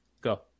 Go